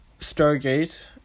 Stargate